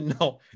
No